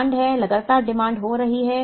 मांग है लगातार मांग हो रही है